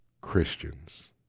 Christians